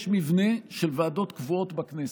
יש מבנה של ועדות קבועות בכנסת,